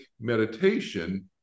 meditation